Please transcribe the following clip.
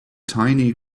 tiny